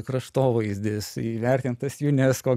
kraštovaizdis įvertintas unesco